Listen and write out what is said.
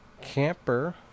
camper